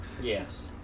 Yes